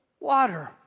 water